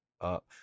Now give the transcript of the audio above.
up